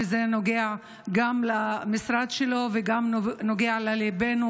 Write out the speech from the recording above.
וזה נוגע גם למשרד שלו וגם נוגע לליבנו.